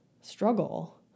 struggle